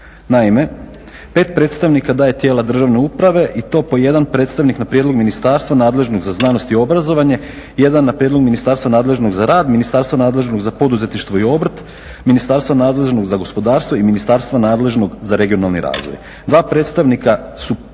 Naime, pet predstavnika daje tijela državne uprave i to po jedan predstavnik na prijedlog Ministarstva nadležnog za znanost i obrazovanje, jedan na prijedlog Ministarstva nadležnog za rad, Ministarstva nadležnog za poduzetništvo i obrt, Ministarstva nadležnog za gospodarstvo i Ministarstva nadležnog za regionalni razvoj. Dva predstavnika su